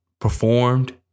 performed